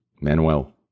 Manuel